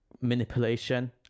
manipulation